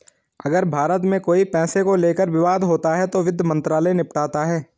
अगर भारत में कोई पैसे को लेकर विवाद होता है तो वित्त मंत्रालय निपटाता है